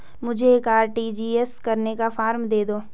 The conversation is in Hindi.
मुझे एक आर.टी.जी.एस करने का फारम दे दो?